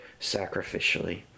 sacrificially